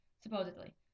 supposedly